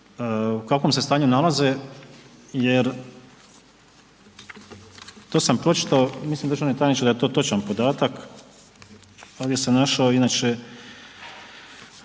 u kakvom se stanju nalaze, jer to sam pročitao, mislim državni tajniče da je to točan podatak, ovdje sam našao inače